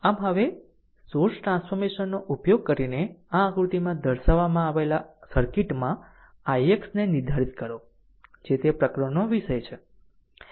આમ હવે source transformation નો ઉપયોગ કરીને આ આકૃતિમાં દર્શાવવામાં આવેલા સર્કિટ r માં ix ને નિર્ધારિત કરો જે તે પ્રકરણનો વિષય છે